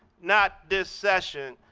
not this session.